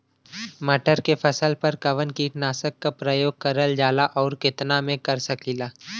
मटर के फसल पर कवन कीटनाशक क प्रयोग करल जाला और कितना में कर सकीला?